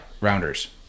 rounders